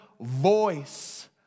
voice